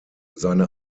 seine